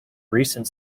recent